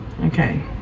Okay